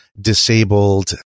disabled